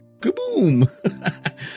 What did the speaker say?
Kaboom